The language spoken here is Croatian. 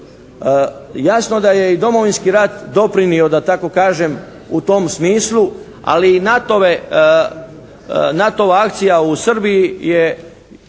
Jasno da je i Domovinski rat doprinio da tako kažem u tom smislu, ali i NATO-va akcija u Srbiji je